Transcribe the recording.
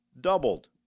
doubled